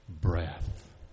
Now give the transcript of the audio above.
breath